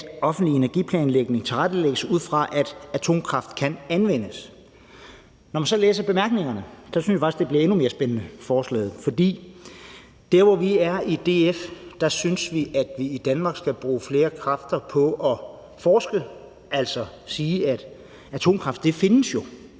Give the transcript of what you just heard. at offentlig energiplanlægning tilrettelægges ud fra, at atomkraft kan anvendes. Når man så læser bemærkningerne, synes jeg faktisk, forslaget bliver endnu mere spændende, for der, hvor vi er i DF, synes vi, at vi i Danmark skal bruge flere kræfter på at forske, altså sige, at atomkraft jo findes, og